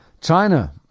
China